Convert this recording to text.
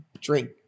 drink